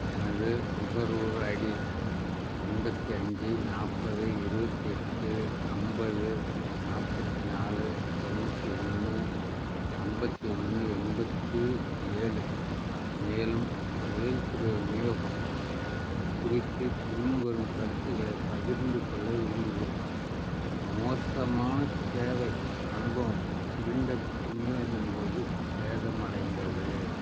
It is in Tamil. எனது நுகர்வோர் ஐடி எண்பத்தி அஞ்சு நாற்பது இருபத்தி எட்டு ஐம்பது நாற்பத்தி நாலு தொண்ணூற்றி ஒன்று ஐம்பத்தி ஒன்று எண்பத்தி ஏழு மேலும் தொழில்துறை விநியோகம் குறித்து பின்வரும் கருத்துக்களைப் பகிர்ந்துக்கொள்ள விரும்புகின்றேன் மோசமான சேவை அனுபவம் சிலிண்டர் விநியோகத்தின் போது சேதம் அடைந்தது